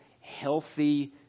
healthy